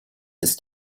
ist